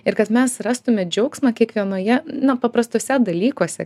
ir kad mes rastume džiaugsmą kiekvienoje na paprastuose dalykuose